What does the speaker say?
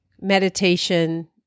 meditation